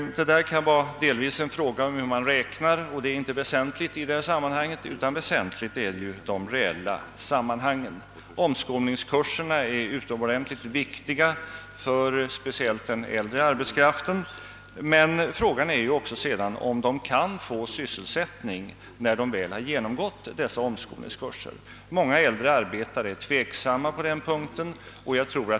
Detta kan delvis vara en fråga om hur man räknar, och det är inte väsentligt i detta sammanhang. Väsentligt är det reella förhållandet. Omskolningskurserna är utomordentligt viktiga, speciellt för den äldre arbetskraften, men frågan är också om vederbörande kan få sysselsättning när de väl har genomgått dessa omskolningskurser. Många äldre arbetare är tveksamma på den punkten.